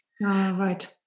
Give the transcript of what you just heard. right